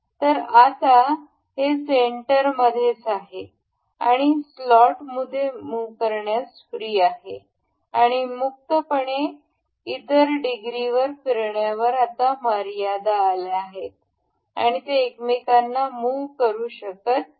तर आता हे सेंटरमध्येच आहे आणि स्लॉटमध्ये मुह करण्यास फ्री आहे आणि मुक्तपणे इतर डिग्रीवर फिरण्यावर आता मर्यादा आल्या आहेत आणि हे एकमेकांना मुह करू शकत नाही